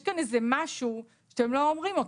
יש כאן איזה משהו שאתם לא אומרים אותו: